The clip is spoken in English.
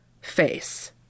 face